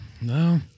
no